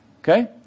Okay